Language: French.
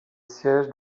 siège